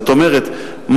זאת אומרת,